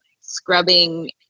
scrubbing